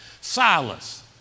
Silas